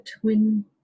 twin